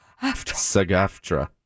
SAG-AFTRA